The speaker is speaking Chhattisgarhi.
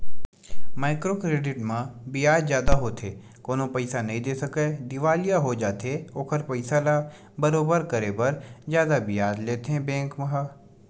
माइक्रो क्रेडिट म बियाज जादा होथे कोनो पइसा नइ दे सकय दिवालिया हो जाथे ओखर पइसा ल बरोबर करे बर जादा बियाज लेथे बेंक ह